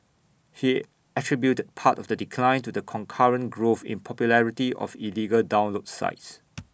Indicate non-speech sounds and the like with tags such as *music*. he attributed part of the decline to the concurrent growth in popularity of illegal download sites *noise*